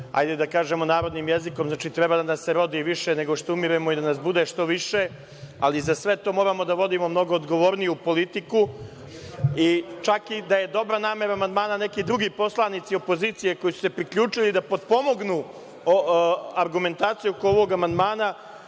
hajde da kažemo narodnim jezikom, znači, treba da se rodi više nego što umiremo i da nas bude što više, ali za sve to moramo da vodimo mnogo odgovorniju politiku, čak i da je dobra namera amandmana, neki drugi poslanici opozicije koji se priključuju da potpomognu argumentaciju oko ovog amandmana